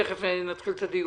תיכף נתחיל את הדיון.